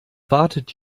wartet